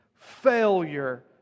failure